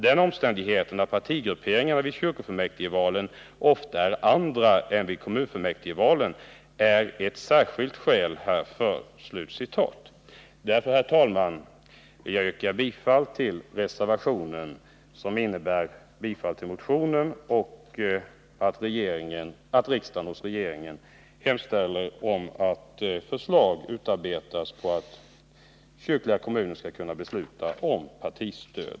Den omständigheten att partigrupperingarna vid kyrkofullmäktigvalen ofta är andra än vid kommunfullmäktigvalen är ett särskilt skäl härför.” Herr talman! Jag vill yrka bifall till reservationen som är fogad till KU:s betänkande nr 18, som innebär att riksdagen med bifall till ifrågavarande motion hos regeringen hemställer om förslag att kyrklig kommun skall kunna besluta om partistöd.